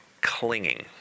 clinging